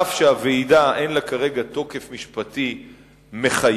אף שהוועידה אין לה כרגע תוקף משפטי מחייב,